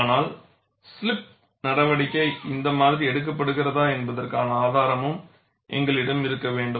ஆனால் ஸ்லிப் நடவடிக்கை இந்த மாதிரி எடுக்கப்படுகிறதா என்பதற்கான ஆதாரமும் எங்களிடம் இருக்க வேண்டும்